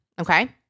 Okay